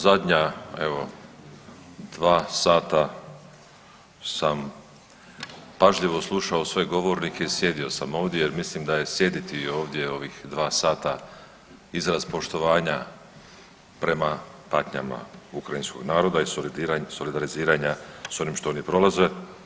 Zadnja evo dva sata sam pažljivo slušao sve govornike, sjedio sam ovdje jer mislim da je sjediti ovdje ovih dva sata izraz poštovanja prema patnjama ukrajinskog naroda i solidariziranja sa onim što oni prolaze.